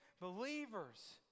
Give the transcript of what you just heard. believers